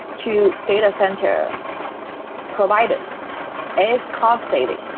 to data center providers is cost saving.